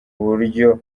uburyo